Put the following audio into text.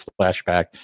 flashback